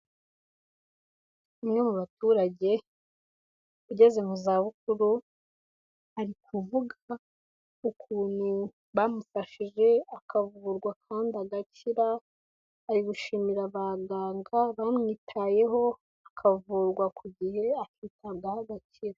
Umwe mu baturage ugeze mu zabukuru, ari kuvuga ukuntu bamufashije akavurwa kandi agakira, ari gushimira abaganga bamwitayeho, akavurwa ku gihe, akitabwaho agakira.